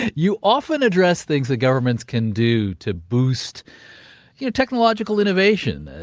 you often address things that governments can do to boost yeah technological innovation.